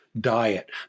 diet